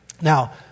Now